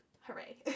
hooray